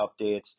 updates